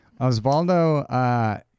Osvaldo